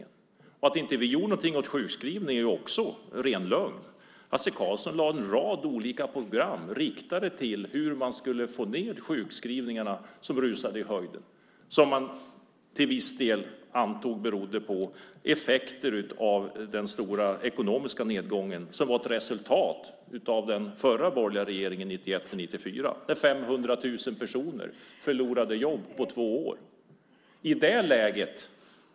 Att påstå att vi inte gjorde någonting åt sjukskrivningarna är en ren lögn. Hasse Karlsson lade fram en rad olika program för hur vi skulle få ned sjukskrivningarna som rusade i höjden. Till viss del berodde det på effekterna av den stora ekonomiska nedgången, som var ett resultat av den förra borgerliga regeringens politik 1991-1994 när 500 000 personer på två år förlorade jobbet.